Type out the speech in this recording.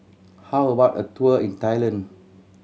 how about a tour in Thailand